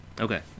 Okay